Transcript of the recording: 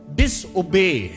disobey